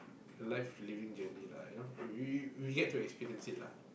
a life living journey lah you know we get to experience it lah